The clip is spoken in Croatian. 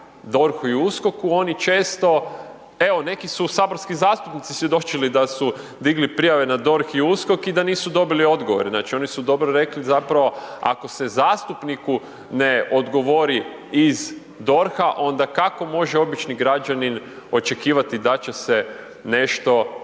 ili USKOK-u oni često, evo, neki su saborski zastupnici svjedočili da su digli prijave na DORH i USKOK i da nisu dobili odgovor. Znači oni su dobro rekli zapravo, ako se zastupniku ne odgovori iz DORH-a, onda kako može obični građanin očekivati da će se nešto, da